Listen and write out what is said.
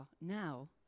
now